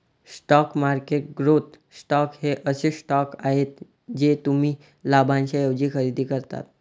stock market growth stocks हे असे stocks आहेत जे तुम्ही लाभांशाऐवजी खरेदी करता